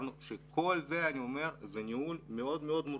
כל זה הוא ניהול מאוד מאוד מורכב,